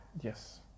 Yes